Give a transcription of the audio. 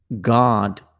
God